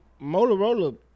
motorola